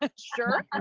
ah sure? and